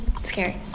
scary